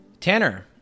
Tanner